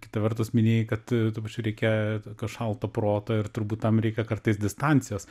kita vertus minėjai kad tuo pačiu reikia tokio šalto proto ir turbūt tam reikia kartais distancijos